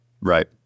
right